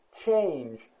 change